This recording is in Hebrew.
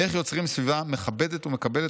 איך יוצרים סביבה מכבדת ומקבלת,